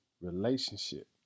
relationship